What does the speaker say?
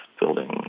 building